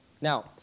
Now